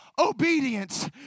obedience